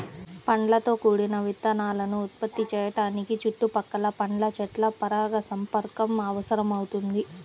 పండ్లతో కూడిన విత్తనాలను ఉత్పత్తి చేయడానికి చుట్టుపక్కల పండ్ల చెట్ల పరాగసంపర్కం అవసరమవుతుంది